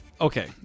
okay